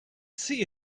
see